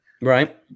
right